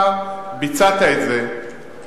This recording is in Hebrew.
אתה ביצעת את זה בחוכמה,